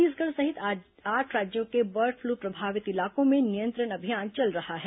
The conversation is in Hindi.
छत्तीसगढ सहित आठ राज्यों के बर्ड फ्लू प्रभावित इलाकों में नियंत्रण अभियान चल रहा है